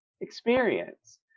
experience